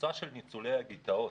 הקבוצה של ניצולי הגטאות,